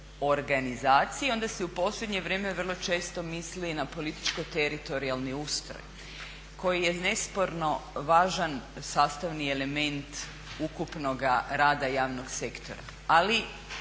organizaciji onda se u posljednje vrijeme vrlo često misli i na političko-teritorijalni ustroj koji je nesporno važan sastavni element ukupnoga rada javnog sektora, ali